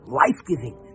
life-giving